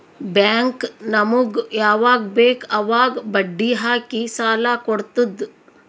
bank ನಮುಗ್ ಯವಾಗ್ ಬೇಕ್ ಅವಾಗ್ ಬಡ್ಡಿ ಹಾಕಿ ಸಾಲ ಕೊಡ್ತುದ್